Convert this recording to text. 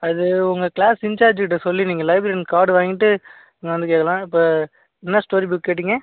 அது உங்கள் கிளாஸ் இன்சார்ஜுக்கிட்ட சொல்லி நீங்கள் லைப்ரரியன் கார்டு வாங்கிகிட்டு இங்கே வந்து கேட்கலாம் இப்போ என்ன ஸ்டோரி புக் கேட்டீங்க